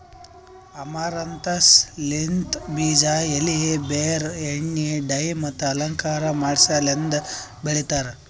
amaranthus ಲಿಂತ್ ಬೀಜ, ಎಲಿ, ಬೇರ್, ಎಣ್ಣಿ, ಡೈ ಮತ್ತ ಅಲಂಕಾರ ಮಾಡಸಲೆಂದ್ ಬೆಳಿತಾರ್